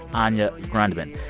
anya grundmann.